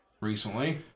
recently